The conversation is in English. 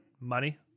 money